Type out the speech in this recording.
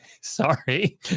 sorry